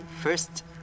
First